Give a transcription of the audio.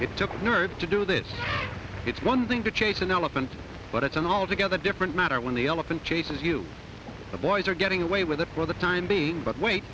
it took nerve to do this it's one thing to chase an elephant but it's an altogether different matter when the elephant chases you the boys are getting away with it for the time being but